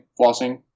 flossing